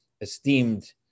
esteemed